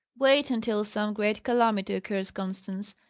wait until some great calamity occurs, constance,